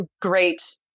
great